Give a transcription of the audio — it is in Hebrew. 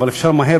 אבל אפשר מהר,